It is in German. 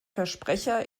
versprecher